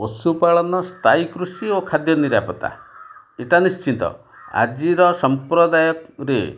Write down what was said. ପଶୁପାଳନ ସ୍ଥାୟୀ କୃଷି ଓ ଖାଦ୍ୟ ନିରାପତ୍ତା ଏଇଟା ନିଶ୍ଚିତ ଆଜିର ସମ୍ପ୍ରଦାୟ ରେ